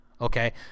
okay